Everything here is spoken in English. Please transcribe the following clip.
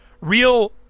real